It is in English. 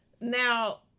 Now